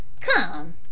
come